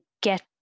get